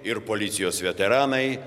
ir policijos veteranai